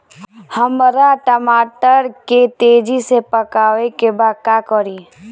हमरा टमाटर के तेजी से पकावे के बा का करि?